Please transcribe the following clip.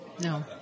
No